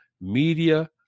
media